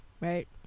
right